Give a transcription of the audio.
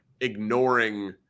ignoring